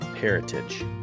heritage